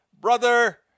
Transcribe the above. Brother